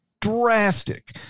drastic